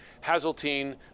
Hazeltine